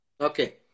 Okay